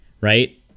Right